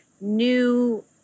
new